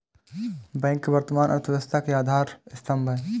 bank वर्तमान अर्थव्यवस्था के आधार स्तंभ है